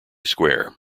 square